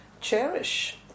cherish